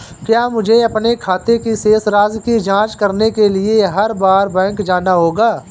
क्या मुझे अपने खाते की शेष राशि की जांच करने के लिए हर बार बैंक जाना होगा?